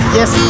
Yes